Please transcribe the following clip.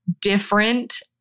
different